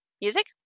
music